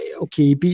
Okay